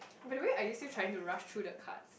by the way are you still trying to rush through the cards